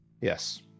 yes